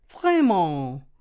vraiment